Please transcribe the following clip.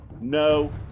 No